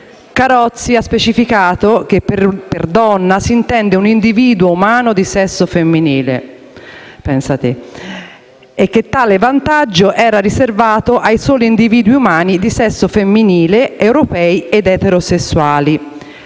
Carozzi ha specificato che per donna si intende un individuo umano di sesso femminile - pensa te - e che tale vantaggio era riservato ai soli individui umani di sesso femminile, europei ed eterosessuali.